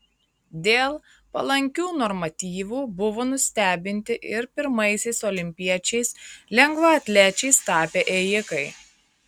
dėl palankių normatyvų buvo nustebinti ir pirmaisiais olimpiečiais lengvaatlečiais tapę ėjikai